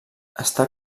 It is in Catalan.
està